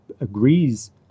agrees